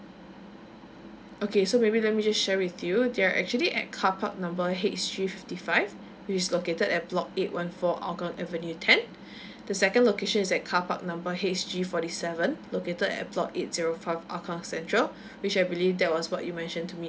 okay so maybe let me just share with you there are actually at carpark number H G fifty five which is located at block eight one four hougang avenue ten the second location is at carpark number H G forty seven located at block eight zero five hougang central which I believe that was what you mentioned to me